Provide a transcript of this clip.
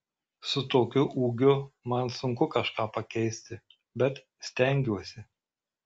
su tokiu ūgiu man sunku kažką pakeisti bet stengiuosi